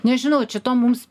nežinau čia to mums